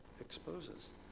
exposes